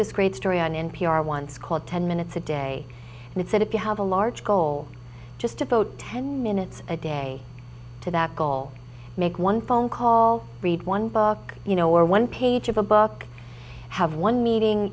this great story on n p r once called ten minutes a day and it said if you have a large goal just devote ten minutes a day to that goal make one phone call read one book you know or one page of a book i have one meeting